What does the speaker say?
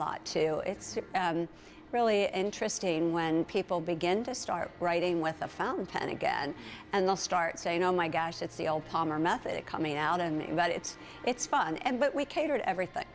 lot too it's really interesting when people begin to start writing with a fountain pen again and they'll start saying oh my gosh it's the old palmer method coming out and about it it's fun and but we cater to everything